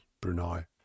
Brunei